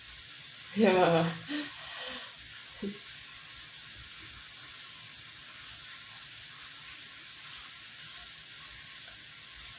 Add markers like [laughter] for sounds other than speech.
ya [laughs]